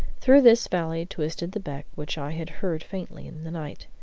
through this valley twisted the beck which i had heard faintly in the night.